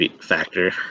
factor